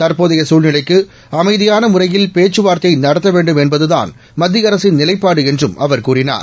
தற்போதைய சூழ்நிலைக்கு அமைதியான முறையில் பேச்சுவார்த்தை நடத்த வேண்டும் என்பதுதான் மத்திய அரசின் நிலைப்பாடு என்றும் அவர் கூறினார்